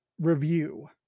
review